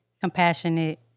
compassionate